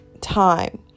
time